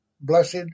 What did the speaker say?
blessed